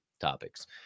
topics